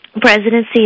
presidency